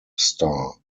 star